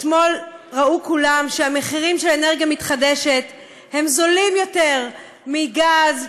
אתמול ראו כולם שהמחירים של אנרגיה מתחדשת הם זולים יותר מגז ומסולר,